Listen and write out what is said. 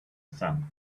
sun